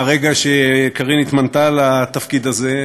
מהרגע שקארין התמנתה לתפקיד הזה,